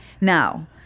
Now